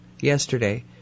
yesterday